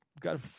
got